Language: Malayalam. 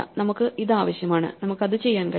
നമുക്ക് ഇതാവശ്യമാണ് നമുക്ക് അത് ചെയ്യാൻ കഴിയും